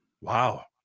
Wow